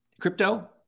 crypto